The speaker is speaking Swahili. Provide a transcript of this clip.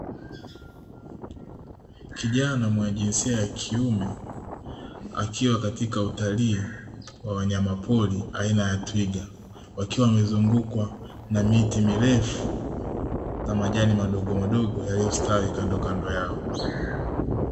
Kijana mwa jinsia ya kiume, akiwa katika utalii wa wanyamapori aina ya twiga. Wakiwa wamezungukwa na miti mirefu na majani madogo madogo yaliyostawi kando kando yao.